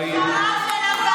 קריאת ביניים, לא יותר.